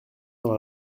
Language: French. dans